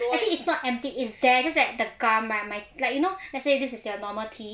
actually it's not empty it's there just like the gum lah my like you know let's say this is a normal teeth